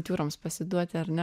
jūroms pasiduoti ar ne